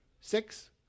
Six